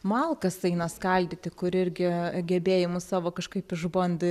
malkas eina skaldyti kur irgi gebėjimus savo kažkaip išbando